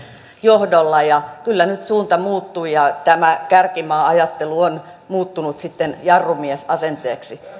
johdolla ja kyllä nyt suunta muuttui ja tämä kärkimaa ajattelu on muuttunut sitten jarrumiesasenteeksi